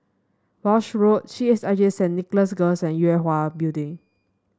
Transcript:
Walshe Road C H I J Saint Nicholas Girls and Yue Hwa Building